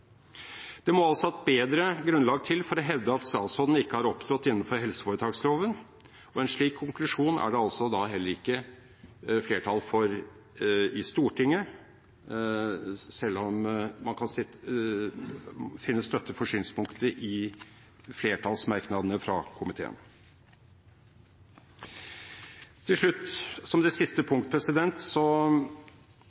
Det må altså et bedre grunnlag til for å hevde at statsråden ikke har opptrådt innenfor helseforetaksloven, og en slik konklusjon er det da heller ikke flertall for i Stortinget, selv om man kan finne støtte for synspunktet i flertallsmerknadene fra komiteen. Til slutt – som det siste